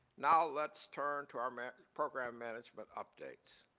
now let's turn to our program management update.